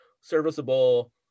serviceable